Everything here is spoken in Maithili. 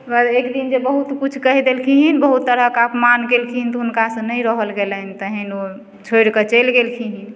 मगर एक दिन जे बहुत किछु कहि देलखिन बहुत तरहके अपमान कयलखिन तऽ हुनकासँ नहि रहल गेलनि तहन ओ छोड़िके चलि गेलखिन